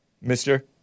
mister